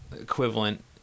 equivalent